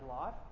life